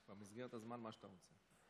במסגרת הזמן, מה שאתה רוצה.